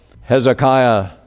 Hezekiah